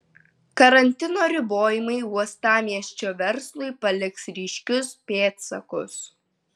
karantino ribojimai uostamiesčio verslui paliks ryškius pėdsakus